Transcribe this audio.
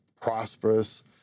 prosperous